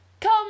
Come